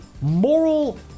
moral